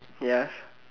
ya